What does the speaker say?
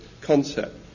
concept